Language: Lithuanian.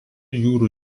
jūrų